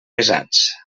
pesats